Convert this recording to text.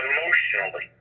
Emotionally